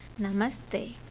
Namaste